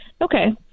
Okay